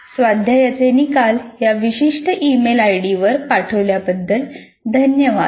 स्वाध्यायाचे निकाल या विशिष्ट ईमेल आयडी वर पाठवल्याबद्दल धन्यवाद